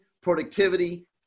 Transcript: productivity